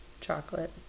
Chocolate